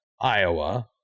Iowa